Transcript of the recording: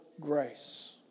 grace